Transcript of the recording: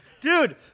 Dude